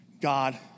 God